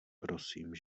prosím